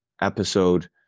episode